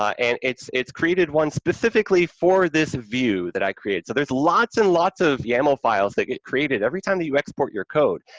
ah and it's it's created one specifically for this view that i created, so there's lots and lots of yamal files that get created every time that you export your code,